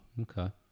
Okay